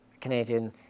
Canadian